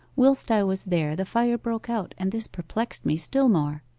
whilst i was there the fire broke out, and this perplexed me still more.